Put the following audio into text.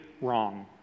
wrong